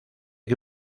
que